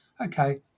Okay